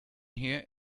here